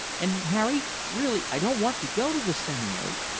and harry, really i don't want to go to the seminary.